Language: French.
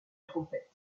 trompette